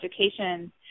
education